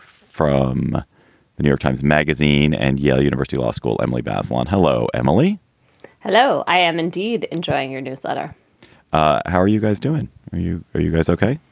from the new york times magazine and yale university law school, emily bazelon. hello, emily hello. i am indeed enjoying your newsletter ah how are you guys doing? are you are you guys ok?